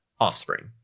offspring